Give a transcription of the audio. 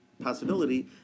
possibility